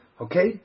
Okay